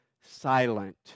silent